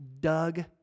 Doug